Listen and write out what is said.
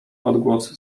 odgłos